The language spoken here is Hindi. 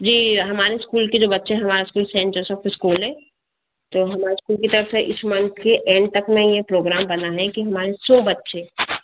जी हमारे स्कूल के जो बच्चे हैं हमारा स्कूल सैंट जोसफ़ इस्कूल है तो हमारे स्कूल की तरफ़ से इस मंथ के एंड तक मे ये प्रोग्राम बना है कि हमारे सौ बच्चे